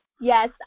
Yes